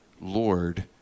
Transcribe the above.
Lord